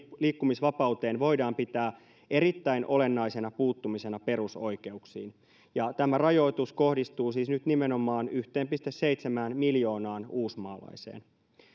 liikkumisvapauteen voidaan pitää erittäin olennaisena puuttumisena perusoikeuksiin ja tämä rajoitus kohdistuu siis nyt nimenomaan yhteen pilkku seitsemään miljoonaan uusmaalaiseen